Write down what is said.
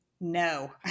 No